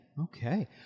Okay